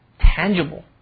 tangible